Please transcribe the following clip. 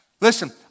listen